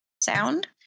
sound